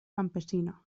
campesino